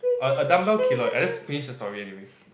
a dumbbell keloid I just finish the story anyway